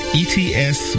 ets